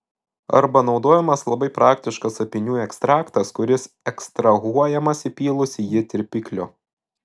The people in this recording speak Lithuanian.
arba naudojamas labai praktiškas apynių ekstraktas kuris ekstrahuojamas įpylus į jį tirpiklių